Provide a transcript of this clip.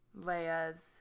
Leia's